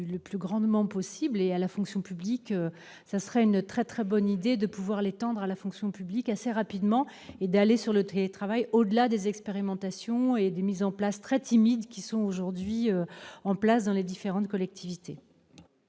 le plus grandement possible et à la fonction publique, ça serait une très très bonne idée de pouvoir l'étendre à la fonction publique assez rapidement et d'aller sur le télétravail, au-delà des expérimentations et des mises en place très timide, qui sont aujourd'hui en place dans les différentes collectivités.